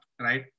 right